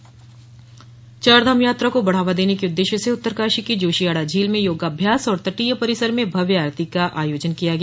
पर्यटन बढ़ावा चारधाम यात्रा को बढ़ावा देने के उददेश्य से उत्तरकाशी की जोशियाड़ा झील में योगाभ्यास और तटीय परिसर में भव्य आरती का आयोजन किया गया